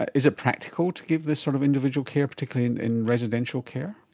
is it practical to give this sort of individual care, particularly in residential care?